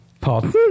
Pardon